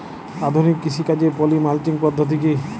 আধুনিক কৃষিকাজে poly mulching পদ্ধতি কি?